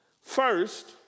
First